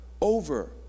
over